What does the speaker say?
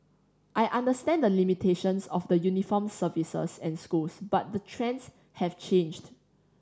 I understand the limitations of the uniformed services and schools but the trends have changed